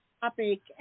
topic